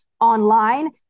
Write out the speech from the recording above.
online